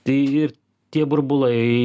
tai ir tie burbulai